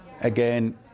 again